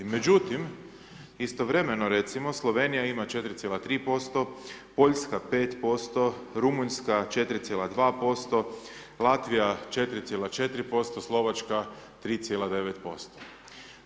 Međutim, istovremeno recimo, Slovenija ima 4,3%, Poljska 5%, Rumunjska 4,2%, Latvija 4,4%, Slovačka 3,9%